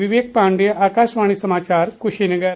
विवेक पाण्डेय आकाशवाणी समाचार कुशीनगर